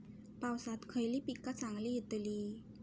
पावसात खयली पीका चांगली येतली?